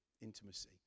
intimacy